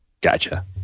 Gotcha